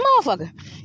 motherfucker